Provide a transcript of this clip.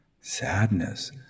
Sadness